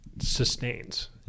sustains